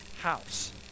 house